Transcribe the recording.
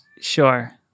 Sure